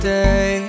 day